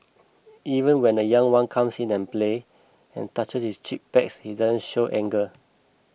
even when the young one comes and play and touch his cheek pads he doesn't show anger